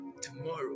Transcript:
tomorrow